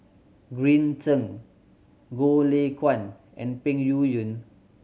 Green Zeng Goh Lay Kuan and Peng Yuyun